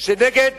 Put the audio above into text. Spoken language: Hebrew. נגד